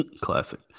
classic